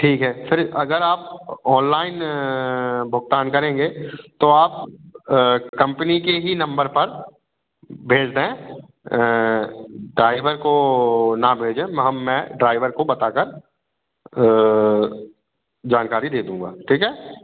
ठीक है फिर अगर आप ऑनलाइन भुगतान करेंगे तो आप कंपनी के ही नंबर पर भेज दैं ड्राइवर को ना भेजें वहाँ मैं ड्राइवर को बताकर जानकारी दे दूँगा ठीक है